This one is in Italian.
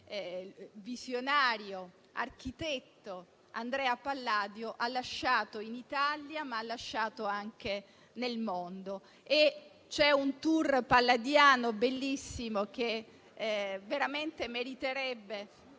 visionario architetto, Andrea Palladio, ha lasciato in Italia e anche nel mondo. C'è un *tour* palladiano bellissimo che veramente meriterebbe